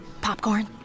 Popcorn